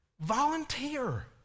Volunteer